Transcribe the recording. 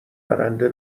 برنده